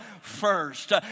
First